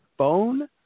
phone